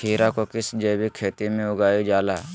खीरा को किस जैविक खेती में उगाई जाला?